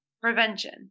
Prevention